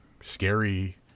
scary